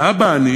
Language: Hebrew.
אבא עני